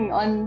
on